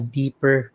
deeper